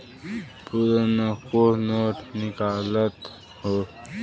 पुरनको नोट निकालत हौ